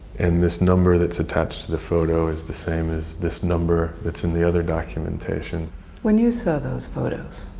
and this number that's attached to the photo is the same as this number that's in the other documentation. gillian when you saw those photos,